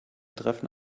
treffen